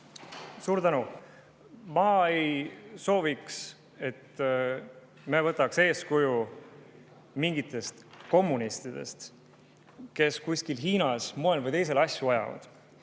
Suur tänu! Ma ei soovi, et me võtaks eeskuju mingitest kommunistidest, kes kuskil Hiinas moel või teisel asju ajavad.